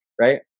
right